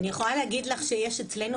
אני יכולה להגיד לך, שיש אצלנו